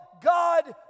God